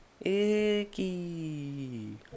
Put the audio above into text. Icky